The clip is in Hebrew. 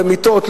במיטות,